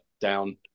down